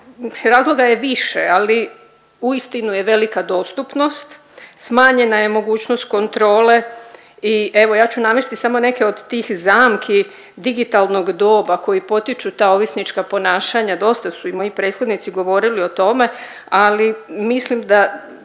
razloga je više, ali uistinu je velika dostupnost, smanjena je mogućnost kontrole. I evo ja ću navesti samo neke od tih zamki digitalnog doba koji potiču ta ovisnička ponašanja. Dosta su i moji prethodnici govorili o tome, ali mislim da